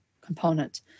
component